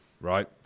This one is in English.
right